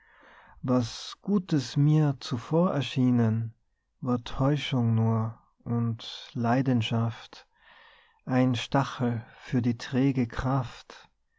was gutes mir zuvor erschienen war täuschung nur und leidenschaft ein stachel für die träge kraft